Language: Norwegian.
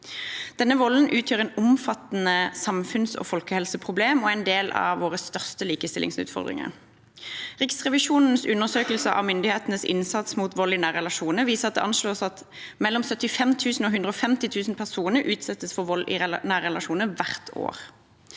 Denne volden utgjør et omfattende samfunns- og folkehelseproblem og er en av våre største likestillingsutfordringer. Riksrevisjonens undersøkelse av myndighetenes innsats mot vold i nære relasjoner viser at det anslås at mellom 75 000 og 150 000 personer utsettes for vold i nære relasjoner hvert år.